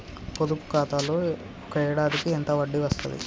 పొదుపు ఖాతాలో ఒక ఏడాదికి ఎంత వడ్డీ వస్తది?